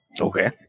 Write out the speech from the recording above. Okay